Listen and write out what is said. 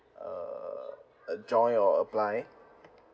err uh join or apply